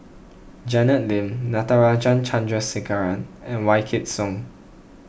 Janet Lim Natarajan Chandrasekaran and Wykidd Song